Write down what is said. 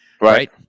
Right